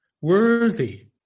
worthy